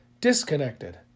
disconnected